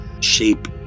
shape